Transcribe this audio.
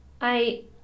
I